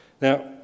Now